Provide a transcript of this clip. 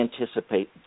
anticipate